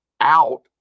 out